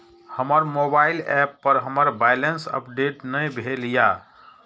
हमर mobile app पर हमर बैलेंस अपडेट ने भेल या